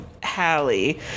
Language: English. hallie